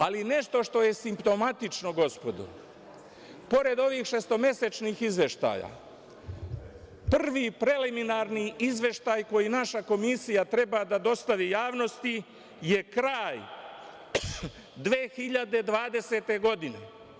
Ali, nešto što je simptomatično, gospodo, pored ovih šestomesečnih izveštaja, prvih preliminarni izveštaj koji naša komisija treba da dostavi javnosti je kraj 2020. godine.